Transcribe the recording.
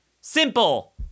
Simple